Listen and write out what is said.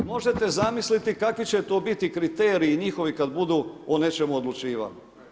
Možete zamisliti kakvi će to biti kriteriji, njihovi kada budu o nečemu odlučivali.